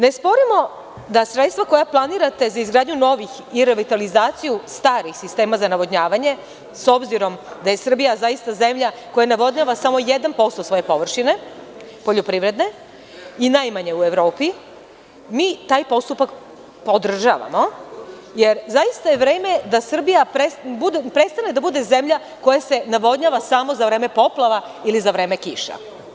Ne sporimo da sredstva koja planirate za izgradnju novih i revitalizaciju starih sistema za navodnjavanje, s obzirom da je Srbija zaista zemlja koja navodnjava samo 1% svoje poljoprivredne površine, najmanje u Evropi, mi taj postupak podržavamo, jer zaista je vreme da Srbija prestane da bude zemlja koja se navodnjava samo za vreme poplava ili za vreme kiša.